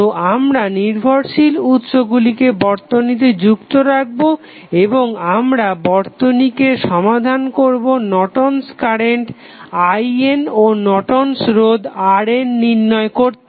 তো আমরা নির্ভরশীল উৎসগুলিকে বর্তনীতে যুক্ত রাখবো এবং আমরা বর্তনীটিকে সমাধান করবো Norton's current Nortons current IN ও নর্টন'স রোধ Nortons resistance RN নির্ণয় করতে